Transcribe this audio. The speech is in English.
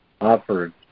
offered